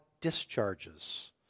discharges